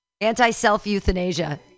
anti-self-euthanasia